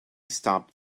stopped